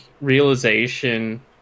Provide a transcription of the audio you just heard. realization